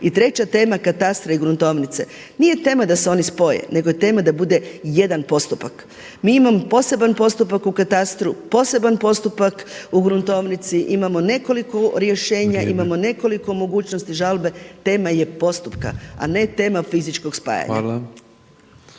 I treća tema katastra i gruntovnice. Nije tema da se oni spoje nego je tema da bude jedan postupak. Mi imamo poseban postupak u katastru, poseban postupak u gruntovnici, imamo nekoliko rješenja, imamo nekoliko mogućnosti žalbe, tema je postupka a ne tema fizičkog spajanja.